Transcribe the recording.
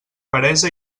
peresa